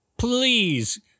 Please